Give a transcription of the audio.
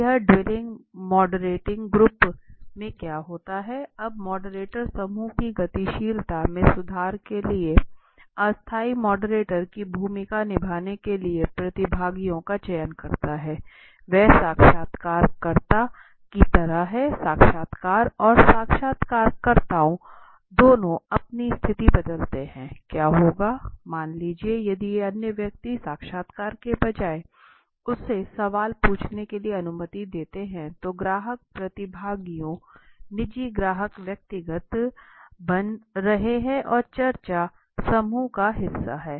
तो यह dueling moderating group में क्या होता है अब मॉडरेट समूह की गतिशीलता में सुधार के लिए अस्थायी मॉडरेट की भूमिका निभाने के लिए प्रतिभागियों का चयन करता है वह साक्षात्कारकर्ता की तरह है साक्षात्कार और साक्षात्कारकर्ता दोनों अपनी स्थिति बदलते हैं क्या होगा मान लीजिए यदि अन्य व्यक्ति साक्षात्कार के बजाय उसे सवाल पूछने के लिए अनुमति देते हैं तो ग्राहक प्रतिभागियों निजी ग्राहक व्यक्तिगत बना रहे हैं और चर्चा समूह का हिस्सा है